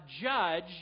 judge